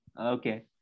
okay